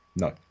no